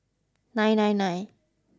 nine nine nine